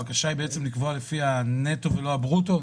הבקשה היא בעצם לקבוע לפי הנטו ולא הברוטו?